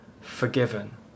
forgiven